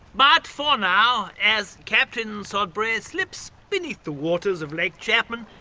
but for now, as captain sodbury slips beneath the waters of lake chapman,